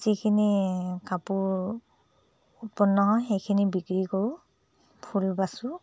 যিখিনি কাপোৰ উৎপন্ন হয় সেইখিনি বিক্ৰী কৰোঁ ফুল বাচোঁ